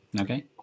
Okay